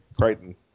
Crichton